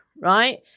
right